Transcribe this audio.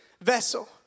vessel